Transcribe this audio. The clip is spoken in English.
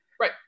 Right